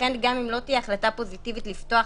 לכן גם אם לא תהיה החלטה פוזיטיבית לפתוח